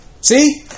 See